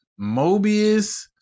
Mobius